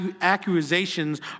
accusations